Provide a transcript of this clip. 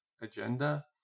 agenda